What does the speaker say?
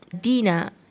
Dina